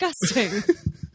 disgusting